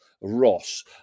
Ross